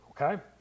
Okay